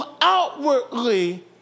outwardly